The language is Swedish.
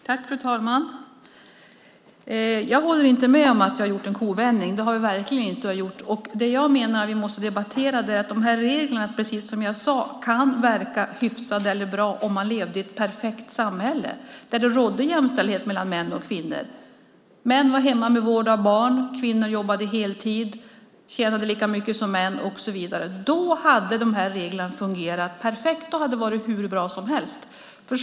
Fru talman! Jag håller inte med om att jag har gjort en kovändning. Det har vi verkligen inte gjort. Jag menar att vi måste debattera detta. De här reglerna kunde verka hyfsade och bra om man levde i ett perfekt samhälle där det rådde jämställdhet mellan män och kvinnor där män var hemma för vård av barn, kvinnorna jobbade heltid och tjänade lika mycket som män och så vidare. Då hade reglerna fungerat perfekt, och det hade varit hur bra som helst.